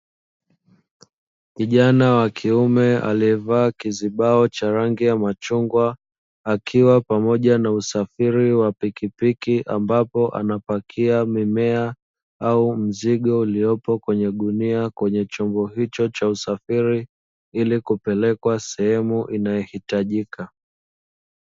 Kijana wa kiume aliyevaa kizibao cha rangi ya machungwa, akiwa pamoja na usafiri wa pikipiki ambapo anapakia mimea, au mzigo uliopo kwenye gunia kwenye chombo hicho cha usafiri, ili kupelekwa sehemu inayohitajika.